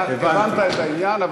הבנת את העניין.